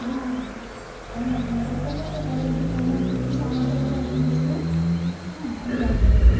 হ্যাঁ হ্যাঁ আমি চেষ্টা করবো করার জন্যে আপনার কী কী বানাতে হবে আপনি বলবেন হ্যাঁ আমি বানিয়ে দেবো